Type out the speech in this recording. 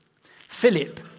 Philip